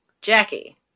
Jackie